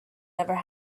never